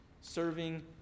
serving